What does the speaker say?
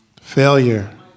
Failure